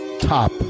Top